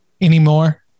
Anymore